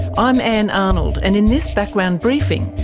i'm ann arnold, and in this background briefing,